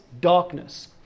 darkness